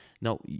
Now